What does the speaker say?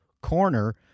corner